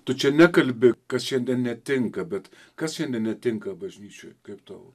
tu čia nekalbi kas šiandien netinka bet kas šiandien netinka bažnyčioj kaip tau